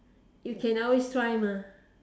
you can always try mah